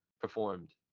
performed